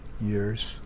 years